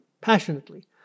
passionately